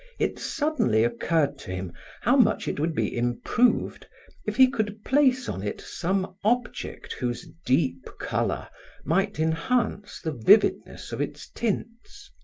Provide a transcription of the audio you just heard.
it suddenly occurred to him how much it would be improved if he could place on it some object whose deep color might enhance the vividness of its tints.